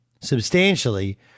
substantially